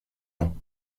ans